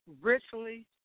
richly